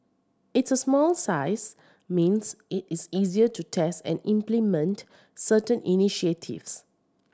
its a small size means it is easier to test and implement certain initiatives